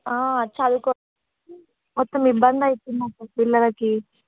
చాలుకో మొత్తం ఇబ్బంది అవుతోంది అక్క పిల్లలకి